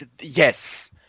yes